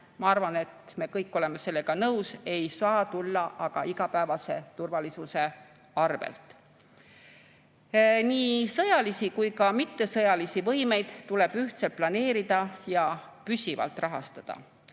ma arvan, et me kõik oleme sellega nõus – ei saa tulla igapäevase turvalisuse arvel. Nii sõjalisi kui ka mittesõjalisi võimeid tuleb ühtselt planeerida ja püsivalt rahastada.